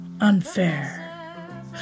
Unfair